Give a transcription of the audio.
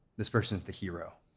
this person's the hero.